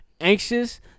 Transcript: anxious